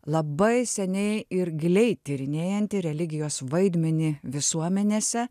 labai seniai ir giliai tyrinėjanti religijos vaidmenį visuomenėse